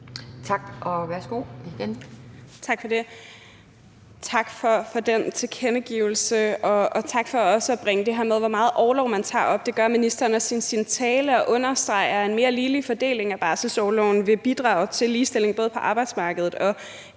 Tak for den tilkendegivelse, og tak for også at bringe det her om, hvor meget orlov man tager, op. Det gør ministeren også i sin tale og understreger, at en mere ligelig fordeling af barselsorloven vil bidrage til ligestilling både på arbejdsmarkedet og